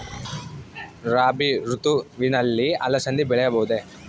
ರಾಭಿ ಋತುವಿನಲ್ಲಿ ಅಲಸಂದಿ ಬೆಳೆಯಬಹುದೆ?